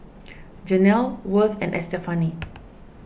Janel Worth and Estefani